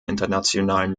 internationalen